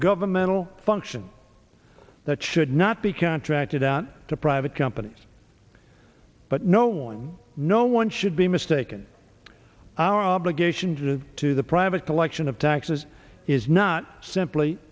governmental function that should not be contracted out to private companies but no one no one should be mistaken our obligation to to the private collection of taxes is not simply